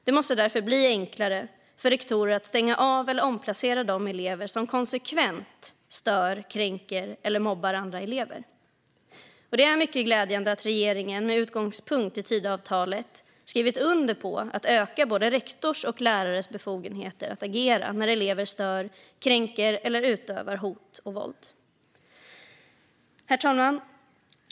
Det måste därför bli enklare för rektorer att stänga av eller omplacera de elever som konsekvent stör, kränker eller mobbar andra elever. Det är mycket glädjande att regeringen med utgångspunkt i Tidöavtalet har skrivit under på att öka både rektorers och lärares befogenheter att agera när elever stör, kränker eller utövar hot och våld. Herr talman!